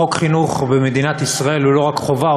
חוק חינוך במדינת ישראל הוא לא רק חובה,